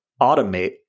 automate